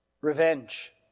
Revenge